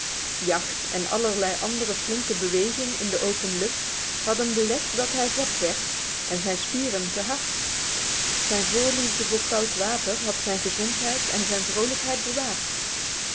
jacht en allerlei andere flinke beweging in de open lucht hadden belet dat hij vet werd en zijn spieren gehard zijn voorliefde voor koud water had zijn gezondheid en zijn vrolijkheid bewaard